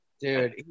Dude